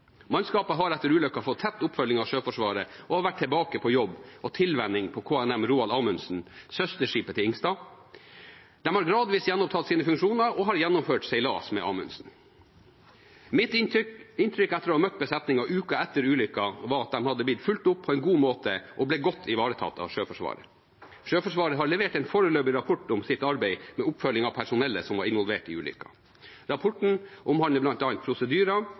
Mannskapet har etter ulykken fått tett oppfølging av Sjøforsvaret og har vært tilbake på jobb og tilvenning på KNM «Roald Amundsen», søsterskipet til «Helge Ingstad». De har gradvis gjenopptatt sine funksjoner og har gjennomført seilas med «Roald Amundsen». Mitt inntrykk etter å ha møtt besetningen uka etter ulykken var at de hadde blitt fulgt opp på en god måte og ble godt ivaretatt av Sjøforsvaret. Sjøforsvaret har levert en foreløpig rapport om sitt arbeid med oppfølging av personellet som var involvert i ulykken. Rapporten omhandler bl.a. prosedyrer,